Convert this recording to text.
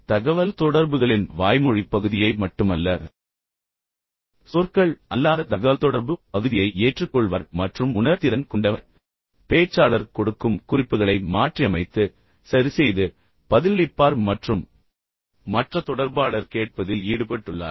மற்றும் தகவல்தொடர்புகளின் வாய்மொழி பகுதிக்கு மட்டுமல்லாமல் வாய்மொழி அல்லாத பகுதிக்கும் புலனுணர்வு பேச்சாளர் கொடுக்கும் குறிப்புகளைத் தொடர்புகொள்வது மற்றும் மாற்றியமைப்பது சரிசெய்வது மற்றும் பதிலளிப்பது மற்ற தொடர்பாளர் கேட்பதில் ஈடுபட்டுள்ளார்